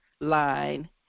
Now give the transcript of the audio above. line